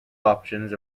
options